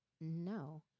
No